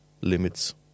limits